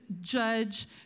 Judge